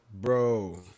bro